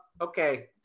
okay